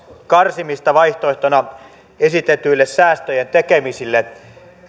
karsimista vaihtoehtona esitetyille säästöjen tekemisille